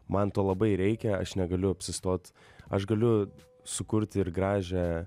man to labai reikia aš negaliu apsistot aš galiu sukurti ir gražią